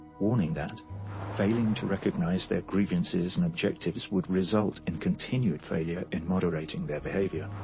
warning that failing to recognize their grievances and objectives would result in continued failure in moderating their behavior.